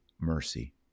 Mercy